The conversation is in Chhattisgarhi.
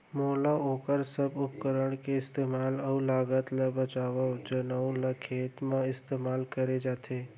मोला वोकर सब उपकरण के इस्तेमाल अऊ लागत ल बतावव जउन ल खेत म इस्तेमाल करे जाथे?